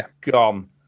gone